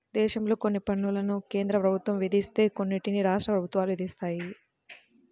దేశంలో కొన్ని పన్నులను కేంద్ర ప్రభుత్వం విధిస్తే కొన్నిటిని రాష్ట్ర ప్రభుత్వాలు విధిస్తాయి